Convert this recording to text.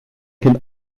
can